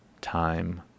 time